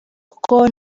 kuko